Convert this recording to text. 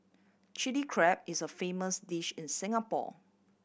Chilli Crab is a famous dish in Singapore